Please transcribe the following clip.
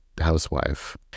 housewife